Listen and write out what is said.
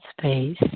space